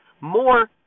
more